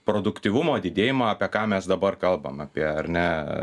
produktyvumo didėjimą apie ką mes dabar kalbam apie ar ne